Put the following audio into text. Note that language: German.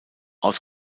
aus